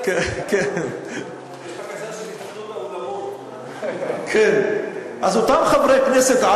בגלל זה צריך גם עוד חברי כנסת.